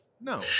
No